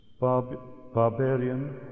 barbarian